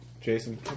Jason